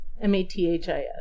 M-A-T-H-I-S